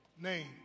name